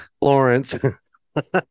Lawrence